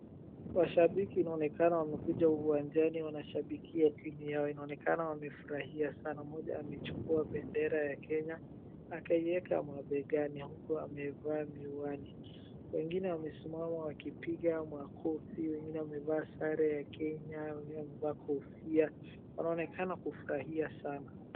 Washambiki inaonekana wamekuja uwanjani, wanashambikia timu yao. Inaonekana wamefurahia sana, mmoja amechukua bendera ya Kenya akaieka mabegani uku amevaa miwani. Wengine wamesimama wakipiga makofi, wengine wamevaa sare ya Kenya, wengine wamevaa kofia, wanaonekana kufurahia sana.